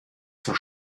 zur